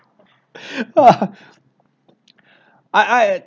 I I